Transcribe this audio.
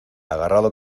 agarrado